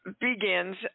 begins